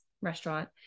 restaurant